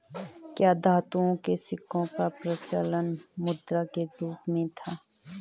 क्या धातुओं के सिक्कों का प्रचलन मुद्रा के रूप में था?